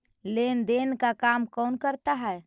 लेन देन का काम कौन करता है?